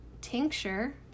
tincture